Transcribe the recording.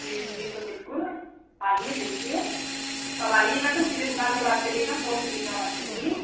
जी जी तो बिल्कुल आइए देखिए अब आइएगा तो सीधे दुकान पर बात करिएगा फोन पर कितना बात करेंगी